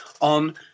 on